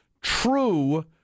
true